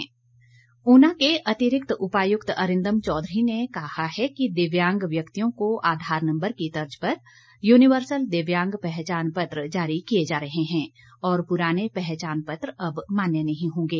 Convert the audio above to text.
पहचान पत्र ऊना के अतिरिक्त उपायुक्त अरिंदम चौधरी ने कहा है कि दिव्यांग व्यक्तियों को आधार नंबर की तर्ज पर यूनिवर्सल दिव्यांग पहचान पत्र जारी किए जा रहे हैं और पुराने पहचान पत्र अब मान्य नहीं होंगे